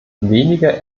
weniger